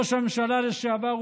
ראש הממשלה לשעבר,